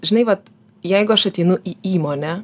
žinai vat jeigu aš ateinu į įmonę